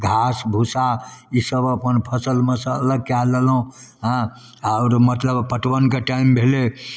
घास भुस्सा ईसब अपन फसिलमेसँ अलग कऽ लेलहुँ हँ मतलब पटवनके टाइम भेलै